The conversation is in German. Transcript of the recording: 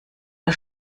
der